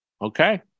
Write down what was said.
okay